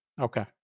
Okay